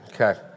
Okay